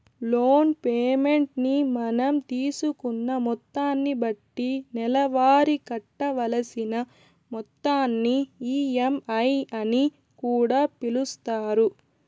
loan payment ని మనం తీసుకున్న మొత్తాన్ని బట్టి నెలవారీ కట్టవలసిన మొత్తాన్ని ఈ.ఎం.ఐ అని కూడా పిలుస్తారు